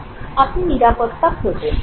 আপনি নিরাপত্তা খোঁজেন